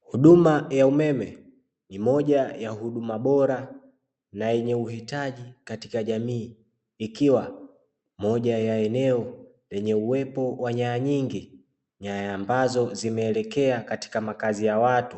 Huduma ya umeme ni moja ya huduma bora na uhitaji katika jamii, ikiwa moja ya eneo lenye uwepo wa nyanya nyingi, nyanya ambazo zimewekwa katika makazi ya watu.